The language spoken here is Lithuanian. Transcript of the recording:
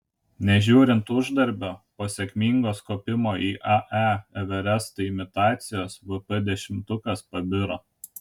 nežiūrint uždarbio po sėkmingos kopimo į ae everestą imitacijos vp dešimtukas pabiro